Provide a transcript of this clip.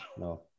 No